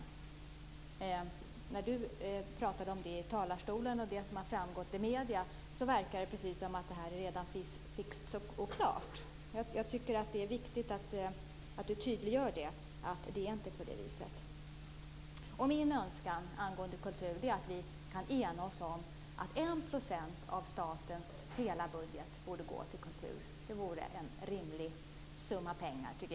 Av det kulturministern sade här i talarstolen och av det som framgått i medierna verkar det precis som om detta är fixat och klart. Jag tycker att det är viktigt att kulturministern tydliggör att det inte är på det viset. Min önskan är att vi kan enas om att en procent av statens hela budget bör gå till kulturen. Jag tycker att det vore en rimlig summa pengar.